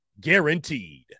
guaranteed